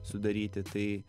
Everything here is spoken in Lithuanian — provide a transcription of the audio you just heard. sudaryti tai